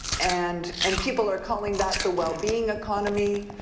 and and people are calling that the well-being economy